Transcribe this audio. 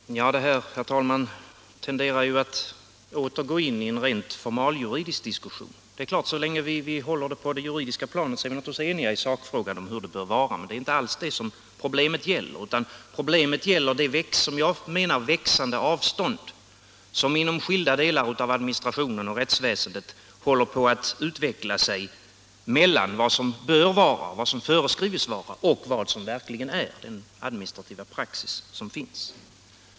Herr talman! Den här diskussionen tenderar ju att åter gå in i en rent formaljuridisk diskussion. Så länge vi håller den på det juridiska planet är vi naturligtvis eniga i sakfrågan om hur det bör vara, men det är ju inte alls det som problemet gäller. Vad problemet gäller är det som jag anser växande avstånd som inom skilda delar av administrationen och rättsväsendet håller på att utveckla sig mellan vad som å ena sidan bör vara och föreskrivs vara och vad som å andra sidan verkligen är i den administrativa praxis som finns.